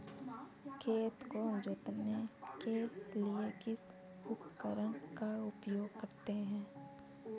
खेत को जोतने के लिए किस उपकरण का उपयोग करते हैं?